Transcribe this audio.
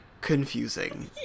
confusing